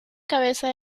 cabeza